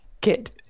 kid